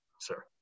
sir